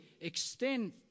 extend